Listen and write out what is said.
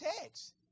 text